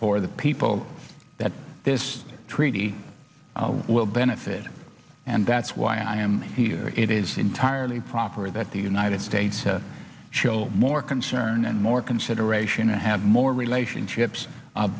for the people that this treaty will benefit and that's why i am here it is entirely proper that the united states show more concern and more consideration to have more relationships